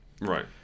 Right